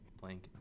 blank